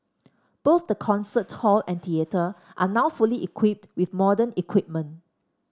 both the concert hall and theatre are now fully equipped with modern equipment